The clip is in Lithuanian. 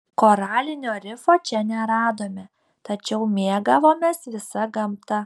koralinio rifo čia neradome tačiau mėgavomės visa gamta